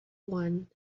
one